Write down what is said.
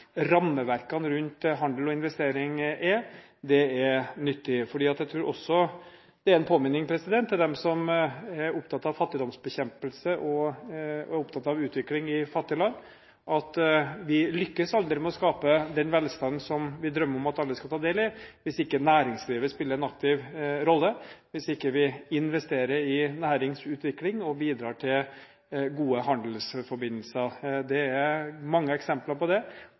rammeverkene rundt handel og investering er, er nyttig. For jeg tror også det er en påminning til dem som er opptatt av fattigdomsbekjempelse og utvikling i fattige land, at vi aldri lykkes med å skape den velstanden som vi drømmer om at alle skal ta del i, hvis ikke næringslivet spiller en aktiv rolle, hvis ikke vi investerer i næringsutvikling og bidrar til gode handelsforbindelser. Det er mange eksempler på det.